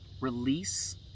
release